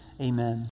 amen